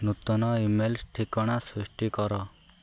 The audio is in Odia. ନୂତନ ଇମେଲ୍ ଠିକଣା ସୃଷ୍ଟି କର